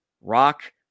Rock